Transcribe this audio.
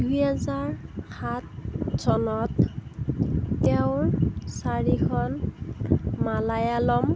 দুহেজাৰ সাত চনত তেওঁৰ চাৰিখন মালায়ালম